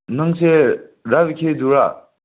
ꯅꯪꯁꯦ ꯔꯥꯕꯩꯀꯤꯗꯨꯔꯥ